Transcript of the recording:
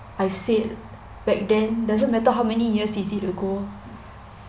I've said back then doesn't matter how many years is it ago